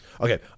Okay